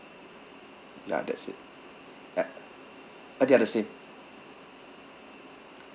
ya that's it yup uh they're the same